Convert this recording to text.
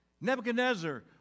Nebuchadnezzar